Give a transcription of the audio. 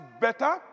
better